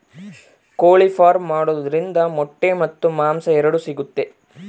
ಕೋಳಿ ಫಾರ್ಮ್ ಮಾಡೋದ್ರಿಂದ ಮೊಟ್ಟೆ ಮತ್ತು ಮಾಂಸ ಎರಡು ಸಿಗುತ್ತೆ